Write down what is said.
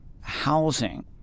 housing